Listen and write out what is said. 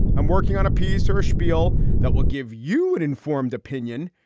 i'm working on a piece or a spiel that will give you an informed opinion.